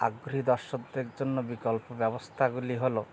আগ্রহী দর্শকদের জন্য বিকল্প ব্যবস্থাগুলি হল